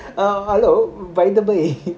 hello by the by